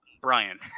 Brian